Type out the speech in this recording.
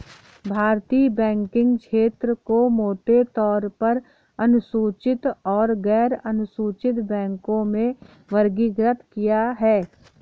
भारतीय बैंकिंग क्षेत्र को मोटे तौर पर अनुसूचित और गैरअनुसूचित बैंकों में वर्गीकृत किया है